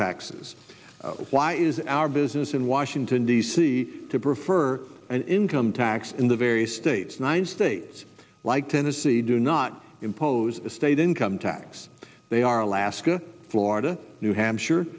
taxes why is our business in washington d c to prefer an income tax in the various states nine states like tennessee do not impose a state income tax they are alaska florida new hampshire